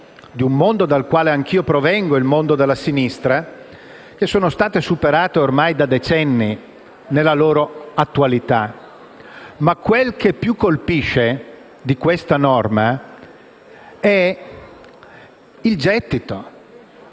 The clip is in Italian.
di un mondo dal quale anch'io provengo, quello della sinistra, che sono state superate ormai da decenni nella loro attualità. Ma quel che più colpisce di questa norma è il gettito.